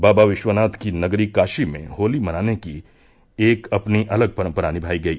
बाबा विश्वनाथ की नगरी काशी में होली मनाने की एक अपनी अलग परंपरा निभाई गई